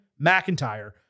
McIntyre